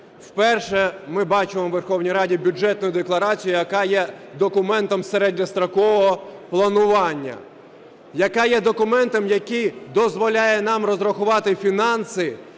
Вперше ми бачимо у Верховній Раді Бюджетну декларацію, яка є документом середньострокового планування, яка є документом, який дозволяє нам розрахувати фінанси